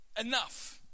enough